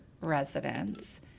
residents